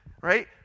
right